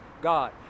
God